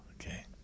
okay